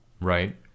Right